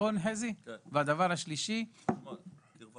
ולבדוק קרבה